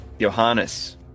Johannes